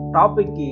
topic